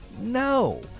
No